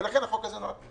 ולכן החוק הזה נועד.